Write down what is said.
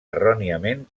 erròniament